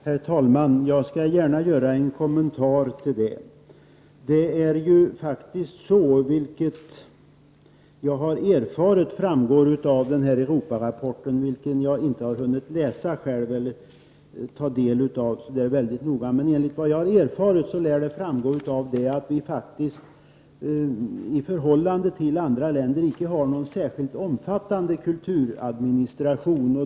Herr talman! Jag skall gärna göra en kommentar till det. Jag har erfarit att det av Europarådsrapporten — som jag inte själv har hunnit ta del av så noga — framgår att vi i förhållande till andra länder inte har någon särskilt omfattande kulturadministration.